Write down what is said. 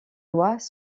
lois